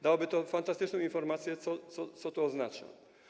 Dałoby to fantastyczną informację, co to oznacza.